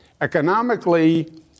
Economically